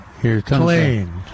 clean